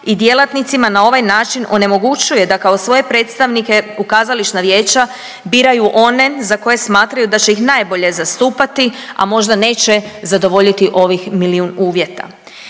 i djelatnicima na ovaj način onemogućuje da kao svoje predstavnike u kazališna vijeća biraju one za koje smatraju da će ih najbolje zastupati, a možda neće zadovoljiti ovih milijun uvjeta.